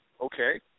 Okay